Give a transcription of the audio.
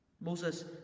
moses